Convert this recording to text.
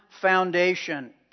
foundation